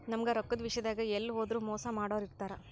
ನಮ್ಗ್ ರೊಕ್ಕದ್ ವಿಷ್ಯಾದಾಗ್ ಎಲ್ಲ್ ಹೋದ್ರು ಮೋಸ್ ಮಾಡೋರ್ ಇರ್ತಾರ